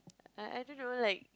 err I don't know like